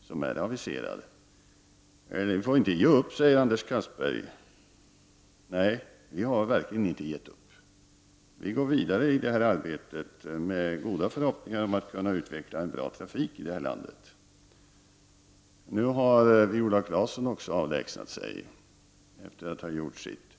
som är aviserad. Vi får inte ge upp, säger Anders Castberger. Nej, vi har verkligen inte gett upp. Vi går vidare i det här arbetet med goda förhoppningar om att kunna utveckla en bra trafik i vårt land. Nu har Viola Claesson också avlägsnat sig efter att ha gjort sitt.